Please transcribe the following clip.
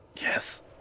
Yes